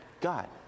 God